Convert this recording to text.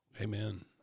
amen